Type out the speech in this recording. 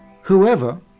Whoever